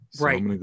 Right